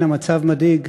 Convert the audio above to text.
כן, המצב מדאיג,